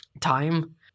time